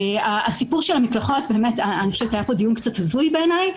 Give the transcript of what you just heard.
הסיפור של המקלחות היה פה דיון קצת הזוי בעיני.